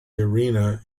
irina